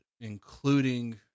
including